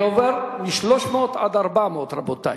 אני עובר מ-100 עד 200, רבותי.